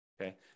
okay